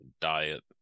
diet